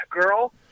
girl